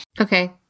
Okay